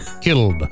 Killed